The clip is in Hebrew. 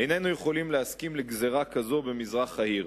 איננו יכולים להסכים לגזירה כזו במזרח העיר.